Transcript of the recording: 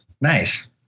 Nice